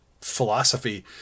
philosophy